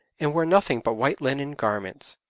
and wore nothing but white linen garments.